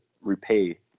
repay